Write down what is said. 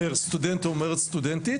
אומר סטודנט או אומרת סטודנטית,